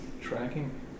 Tracking